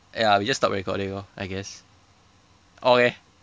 ya we just stop recording orh I guess okay